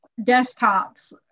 desktops